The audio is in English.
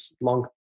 long